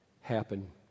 Happen